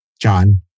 John